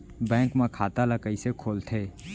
Bank म खाता ल कइसे खोलथे?